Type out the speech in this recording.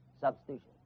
substitution